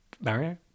mario